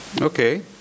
Okay